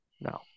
No